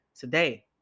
today